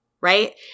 right